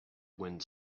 wind